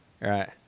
right